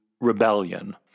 Rebellion